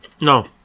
No